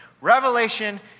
Revelation